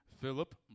Philip